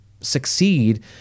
succeed